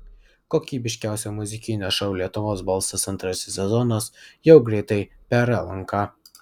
kokybiškiausio muzikinio šou lietuvos balsas antrasis sezonas jau greitai per lnk